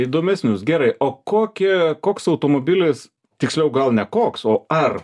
įdomesnius gerai o kokį koks automobilis tiksliau gal ne koks o ar